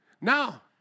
Now